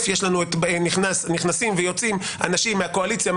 נכנסים ויוצאים אנשים מהקואליציה,